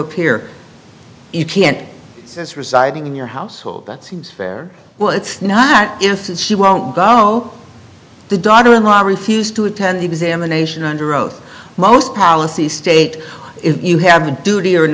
appear you can't since residing in your household that seems fair well it's not that she won't go the daughter in law refused to attend examination under oath most policies state if you have a duty or